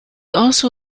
also